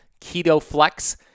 KetoFlex